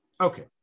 Okay